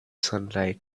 sunlight